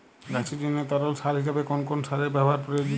গাছের জন্য তরল সার হিসেবে কোন কোন সারের ব্যাবহার প্রযোজ্য?